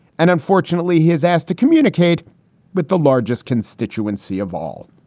and unfortunately, he is asked to communicate with the largest constituency of all,